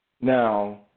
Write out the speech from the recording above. Now